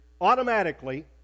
automatically